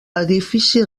edifici